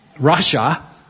Russia